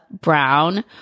Brown